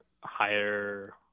higher